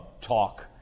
talk